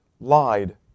lied